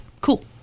cool